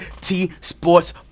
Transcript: T-Sports